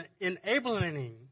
enabling